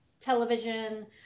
television